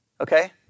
Okay